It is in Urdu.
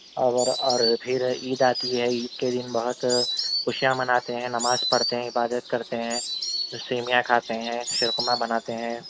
اور اور پھر عید آتی ہے عید کے دن بہت خوشیاں مناتے ہیں نماز پڑھتے ہیں عبادت کرتے ہیں سیویاں کھاتے ہیں شیر خرما بناتے ہیں